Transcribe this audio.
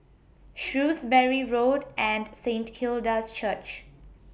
Shrewsbury Road and Saint Hilda's Church